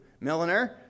Milliner